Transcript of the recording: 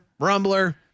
rumbler